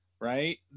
Right